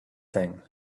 thing